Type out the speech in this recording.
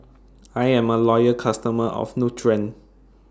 I'm A Loyal customer of Nutren